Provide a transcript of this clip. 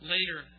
Later